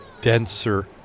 denser